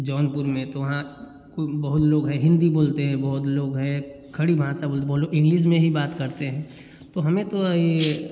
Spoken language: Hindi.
जौनपुर में तो वहाँ कु बहुत लोग हैं हिंदी बोलते हैं बहुत लोग हैं खड़ी भाषा बोल बोलो इंग्लिस में ही बात करते हैं तो हमें तो यह